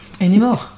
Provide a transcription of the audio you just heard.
anymore